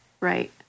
right